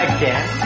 Again